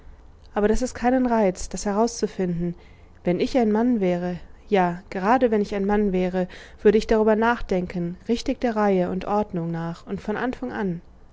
aber daß es keinen reizt das herauszufinden wenn ich ein mann wäre ja gerade wenn ich ein mann wäre würde ich darüber nachdenken richtig der reihe und ordnung nach und von anfang an